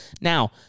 Now